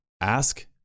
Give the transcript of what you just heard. Ask